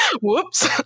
Whoops